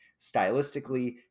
stylistically